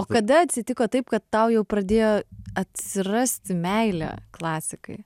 o kada atsitiko taip kad tau jau pradėjo atsirasti meilė klasikai